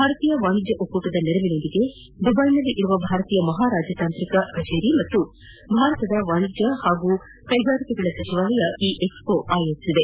ಭಾರತೀಯ ವಾಣಿಜ್ಯ ಒಕ್ಕೂಟದ ನೆರವಿನೊಂದಿಗೆ ದುವೈನಲ್ಲಿರುವ ಭಾರತೀಯ ಮಹಾ ರಾಜತಾಂತ್ರಿಕ ಕಜೇರಿ ಹಾಗೂ ಭಾರತದ ವಾಣಿಜ್ಯ ಹಾಗೂ ಕ್ಲೆಗಾರಿಕೆಗಳ ಸಚಿವಾಲಯ ಈ ಎಕ್ಸ್ಪೋವನ್ನು ಆಯೋಜಿಸಿದೆ